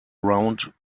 round